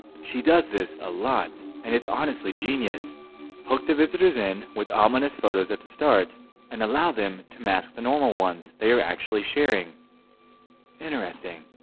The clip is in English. she does this a lot and it's honestly genius hook the visitors in with ominous photos at the start and allow them to mask the normal ones. they are actually sharing interesting